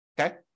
okay